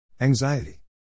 anxiety